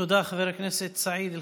תודה, חבר הכנסת סעיד אלחרומי.